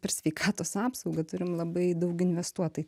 per sveikatos apsaugą turim labai daug investuot tai